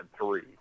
three